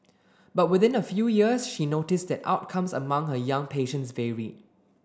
but within a few years she noticed that outcomes among her young patients varied